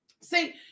See